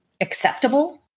acceptable